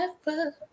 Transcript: forever